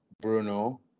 Bruno